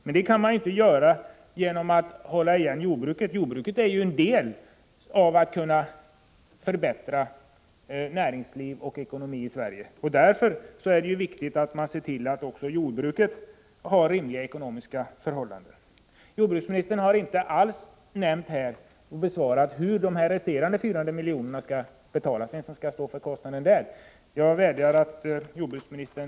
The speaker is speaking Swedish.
Men det kan man inte göra genom att hålla igen jordbruket, för jordbruket bidrar för sin del till att förbättra näringsliv och ekonomi i Sverige. Därför är det viktigt att man ser till att också jordbruket har rimliga ekonomiska förhållanden. Jordbruksministern har inte alls besvarat frågan hur de resterande 400 miljonerna skall betalas. Jag vädjar till jordbruksministern att han tar upp frågan.